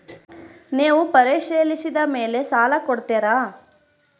ನೇವು ಪರಿಶೇಲಿಸಿದ ಮೇಲೆ ಸಾಲ ಕೊಡ್ತೇರಾ?